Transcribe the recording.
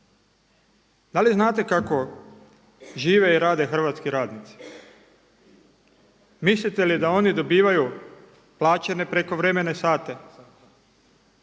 Da li znate kako žive i rade hrvatski radnici? Mislite li da oni dobivaju plaćene prekovremene sate?